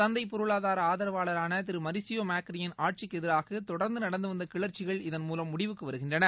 சந்தை பொருளாதார ஆதரவாளராள திரு மரிஷியோ மாக்ரியின் ஆட்சிக்கு எதிராக தொடர்ந்து நடந்து வந்த கிளர்ச்சிகள் இதன்மூலம் முடிவுக்கு வருகின்றன